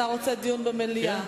אתה רוצה דיון במליאה.